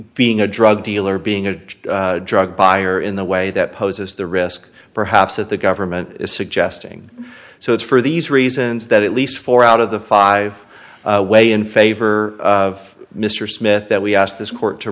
being a drug dealer being a drug buyer in the way that poses the risk perhaps of the government is suggesting so it's for these reasons that at least four out of the five way in favor of mr smith that we asked this court to